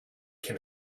can